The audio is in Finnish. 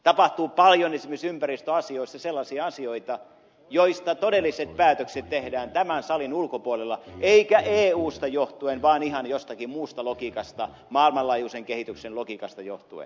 tapahtuu paljon esimerkiksi ympäristöasioissa sellaisia asioita joista todelliset päätökset tehdään tämän salin ulkopuolella eikä eusta johtuen vaan ihan jostakin muusta logiikasta maailmanlaajuisen kehityksen logiikasta johtuen